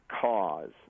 cause